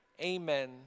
Amen